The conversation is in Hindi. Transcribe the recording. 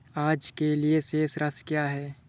आज के लिए शेष राशि क्या है?